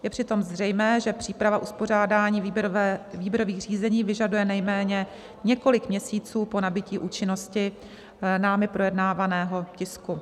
Je přitom zřejmé, že příprava uspořádání výběrových řízení vyžaduje nejméně několik měsíců po nabytí účinnosti námi projednávaného tisku.